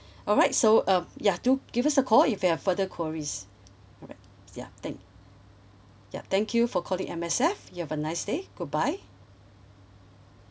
alright so um ya do give us a call if you've further queries alright ya thank ya thank you for calling M_S_F you have a nice day goodbye